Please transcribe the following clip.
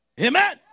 Amen